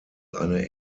eine